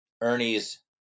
Ernie's